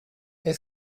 est